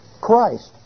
Christ